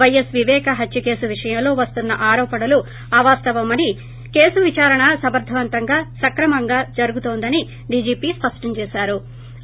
YS Viveka హత్య కేసు విషయంలో వస్తున్న ఆరోపణలు అవాస్తవమని కేసు విదారణ సమర్గవంతంగా సక్రమంగా జరుగుతోందని డీజీపీ స్పష్టం చేశారు